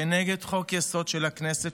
כנגד חוק-יסוד של הכנסת,